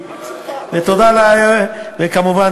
וכמובן,